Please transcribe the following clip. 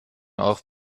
auch